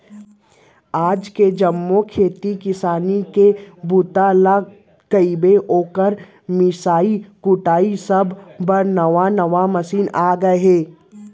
आज के जम्मो खेती किसानी के काम बूता ल कइबे, ओकर मिंसाई कुटई सब बर नावा नावा मसीन आ गए हे